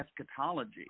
eschatology